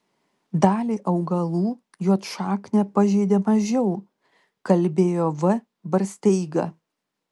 dalį augalų juodšaknė pažeidė mažiau kalbėjo v barsteiga